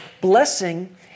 blessing